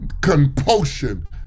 compulsion